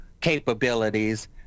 capabilities